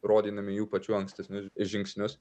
rodydami jų pačių ankstesnius žingsnius